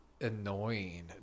annoying